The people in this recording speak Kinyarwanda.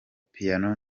piano